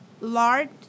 lard